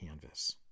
canvas